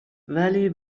ولی